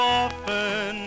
often